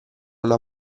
una